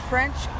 French